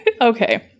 Okay